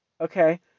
Okay